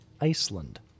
Iceland